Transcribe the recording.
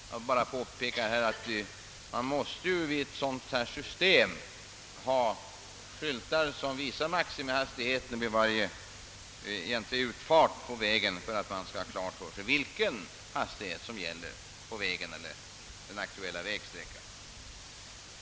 Jag vill bara påpeka att man måste ju vid ett sådant här system ha skyltar som visar maximihastigheten vid varje utfart till vägen för att man skall ha klart för sig vilken hastighet som gäller på vägen eller den aktuella vägsträckan.